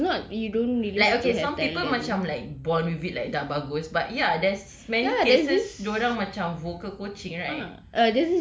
ya ah like okay some people macam like born with it like dah bagus but ya there's many cases dia orang macam vocal coaching right